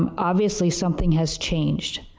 um obviously something has changed.